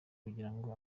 kugirango